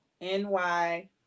N-Y